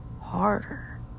harder